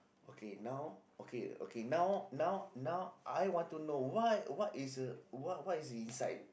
okay now okay okay now now now I want to know what what is the what is the inside